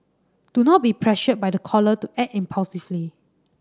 do not be pressured by the caller to act impulsively